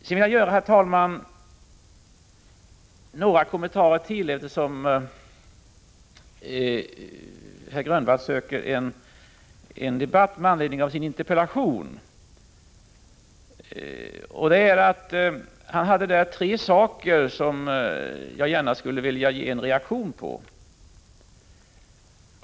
Jag vill sedan, herr talman, göra ytterligare några kommentarer, eftersom Nic Grönvall söker en debatt med anledning av sin interpellation. Han förde där fram tre saker som jag gärna skulle vilja ge en reaktion på.